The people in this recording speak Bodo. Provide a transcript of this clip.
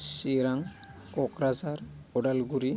चिरां कक्राझार अदालगुरि